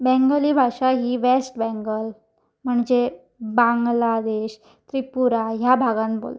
बेंगली भाशा ही West Bengal म्हणजे बांगलादेश त्रिपुरा ह्या भागान बोलता